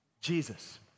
Jesus